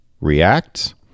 react